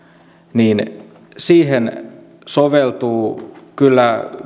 niin siihen soveltuu kyllä